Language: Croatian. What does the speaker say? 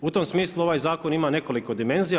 U tom smislu ovaj zakon ima nekoliko dimenzija.